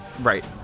Right